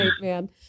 man